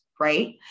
Right